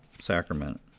sacrament